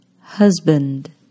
husband